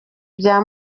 bya